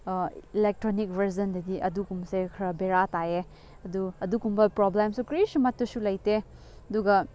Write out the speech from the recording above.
electronic ꯕꯔꯖꯟꯗꯗꯤ ꯑꯗꯨꯒꯨꯝꯕꯁꯦ ꯈꯔ ꯕꯦꯔꯥ ꯇꯥꯏꯌꯦ ꯑꯗꯨ ꯑꯗꯨꯒꯨꯝꯕ ꯄ꯭ꯔꯣꯕ꯭ꯂꯦꯝꯁꯨ ꯀꯔꯤꯁꯨ ꯑꯃꯇꯁꯨ ꯂꯩꯇꯦ ꯑꯗꯨꯒ